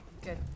good